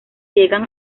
llegan